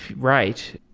right.